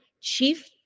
Chief